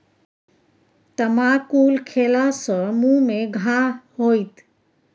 तमाकुल खेला सँ मुँह मे घाह होएत